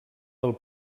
del